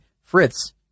Fritz